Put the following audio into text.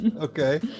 Okay